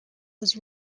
was